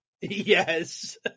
Yes